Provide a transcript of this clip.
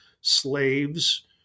slaves